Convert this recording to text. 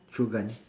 Shogun